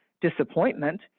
disappointment